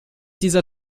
dieser